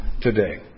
today